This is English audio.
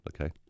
Okay